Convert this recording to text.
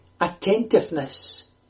Attentiveness